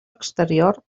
exterior